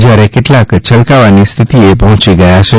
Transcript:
જ્યારે કેટલાંક છલકાવાની સ્થિતિએ પહોંચી ગયા છે